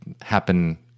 happen